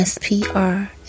S-P-R